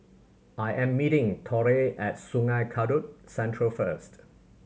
I am meeting Torey at Sungei Kadut Central first